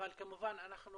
אבל כמובן אנחנו,